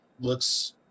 looks